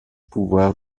pouvoir